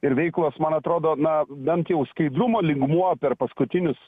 ir veiklos man atrodo na bent jau skaidrumo lygmuo per paskutinius